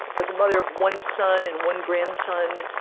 as the mother of one son and one grandson,